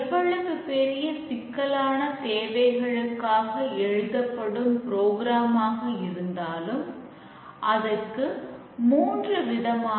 எவ்வளவு பெரிய சிக்கலான தேவைகளுக்காக எழுதப்படும் புரோகிராமாக